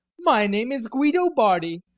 my name is guido bardi.